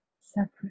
separate